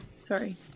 Sorry